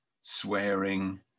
swearing